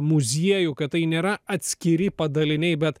muziejų kad tai nėra atskiri padaliniai bet